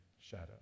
shadow